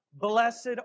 Blessed